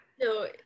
No